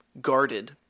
guarded